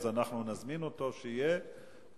אז אנחנו נזמין אותו שיהיה כאן.